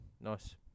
nice